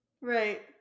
right